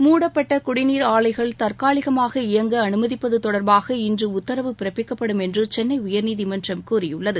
முடப்பட்ட குடிநீர் ஆலைகள் தற்காலிக இயங்க அனுமதிப்பது தொடர்பாக இன்று உத்தரவு பிறப்பிக்கப்படும் என்று சென்னை உயர்நீதிமன்றம் கூறியுள்ளது